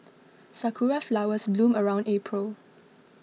sakura flowers bloom around April